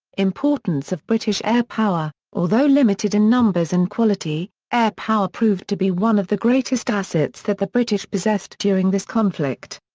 importance of british airpower although limited in numbers and quality, airpower proved to be one of the greatest assets that the british possessed during this conflict.